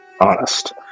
honest